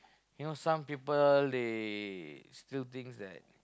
you know some people they still thinks that